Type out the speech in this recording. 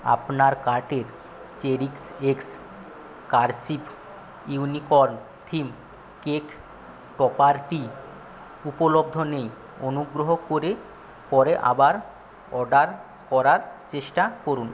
আপনার কার্টের cherish X cursive unicorn theme cake টপারটি উপলব্ধ নেই অনুগ্রহ করে পরে আবার অর্ডার করার চেষ্টা করুন